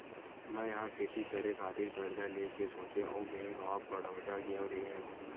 मै ह खेती करे खातिर करजा लेय के सोचेंव अउ बेंक ऑफ बड़ौदा गेव रेहेव